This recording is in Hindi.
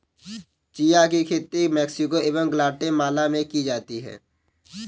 चिया की खेती मैक्सिको एवं ग्वाटेमाला में की जाती है